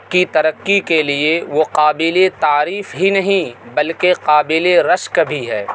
کی ترقّی کے لیے وہ قابلں تعریف ہی نہیں بلکہ قابل رشک بھی ہے